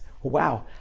Wow